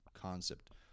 concept